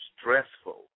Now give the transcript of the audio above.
stressful